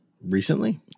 Recently